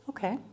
Okay